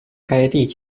该地